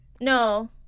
No